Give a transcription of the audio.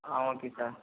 ah okay sir